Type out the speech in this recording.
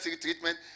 treatment